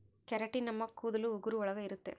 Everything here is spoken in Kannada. ಕೆರಟಿನ್ ನಮ್ ಕೂದಲು ಉಗುರು ಒಳಗ ಇರುತ್ತೆ